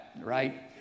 right